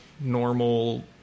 normal